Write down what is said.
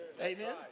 Amen